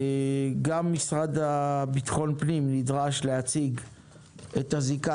גם המשרד לביטחון פנים נדרש להציג את הזיקה